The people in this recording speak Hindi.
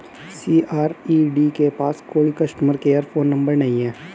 सी.आर.ई.डी के पास कोई कस्टमर केयर फोन नंबर नहीं है